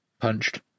punched